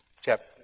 Chapter